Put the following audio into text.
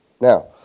Now